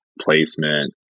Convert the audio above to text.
placement